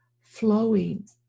flowing